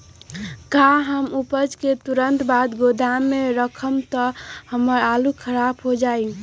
का हम उपज के तुरंत बाद गोदाम में रखम त हमार आलू खराब हो जाइ?